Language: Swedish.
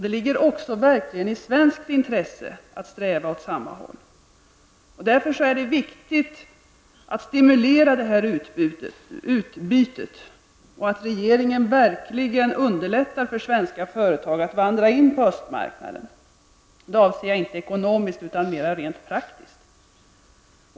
Det ligger verkligen i svenskt intresse att sträva åt samma håll. Därför är det viktigt att stimulera sådant handelsutbyte och att regeringen verkligen underlättar för svenska företag att vandra in på Östeuropas marknad, inte ekonomiskt utan mera rent praktiskt.